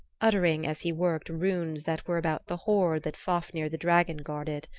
uttering as he worked runes that were about the hoard that fafnir the dragon guarded.